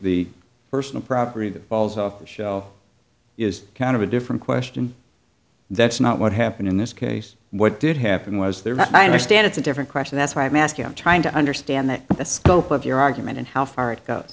the personal property that falls off the shelf is kind of a different question that's not what happened in this case what did happen was there but i understand it's a different question that's why i'm asking i'm trying to understand that the scope of your argument and how far it